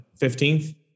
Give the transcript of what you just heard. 15th